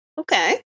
Okay